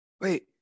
wait